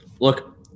look